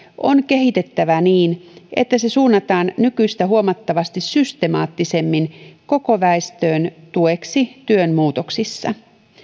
on kehitettävä niin että se suunnataan nykyistä huomattavasti systemaattisemmin koko väestön tueksi työn muutoksissa